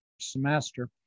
semester